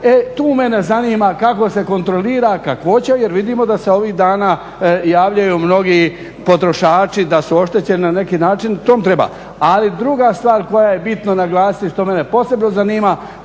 tu mene zanima kako se kontrolira kakvoća jer vidimo da se ovih dana javljaju mnogi potrošači da su oštećeni na neki način … Ali druga stvar koja je bitno naglasiti što mene posebno zanima,